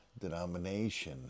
denomination